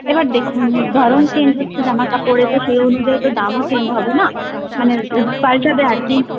এবার দেখুন ধরন চেঞ্জ হচ্ছে জামাকাপড়ে তো সে অনুযায়ী তো দামও চেঞ্জ হবে না মানে পাল্টাবে আর কি